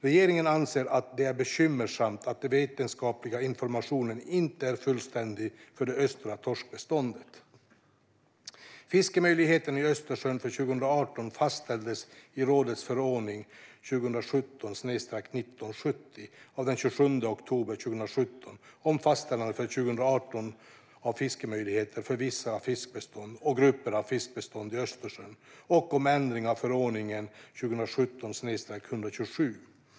Regeringen anser att det är bekymmersamt att den vetenskapliga informationen inte är fullständig för det östra torskbeståndet. Fiskemöjligheterna i Östersjön för 2018 fastställs i rådets förordning 2017 127.